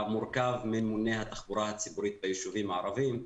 המורכב מממונה התחבורה הציבורית ביישובים הערביים.